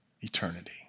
eternity